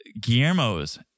Guillermo's